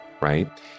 right